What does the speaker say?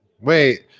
Wait